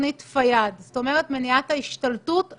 תקציב הרשות מתוך הכספים שזורמים אליה הולך,